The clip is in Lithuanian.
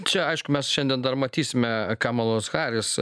čia aišku mes šiandien dar matysime kamalos haris